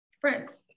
friends